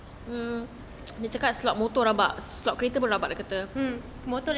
mm